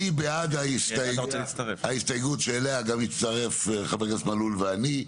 מי בעד קבלת ההסתייגות אליה הצטרף גם חבר הכנסת מלול ואני?